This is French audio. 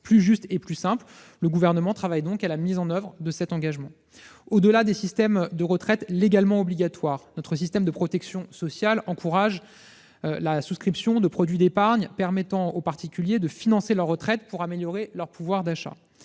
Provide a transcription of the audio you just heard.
plus juste et plus simple, le Gouvernement travaille à la mise en oeuvre de cet engagement. Au-delà des systèmes de retraite légalement obligatoires, notre système de protection sociale encourage la souscription de produits d'épargne permettant aux particuliers de financer leur retraite, afin d'améliorer leur pouvoir d'achat.